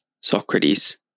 Socrates